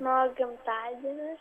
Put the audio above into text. mano gimtadienis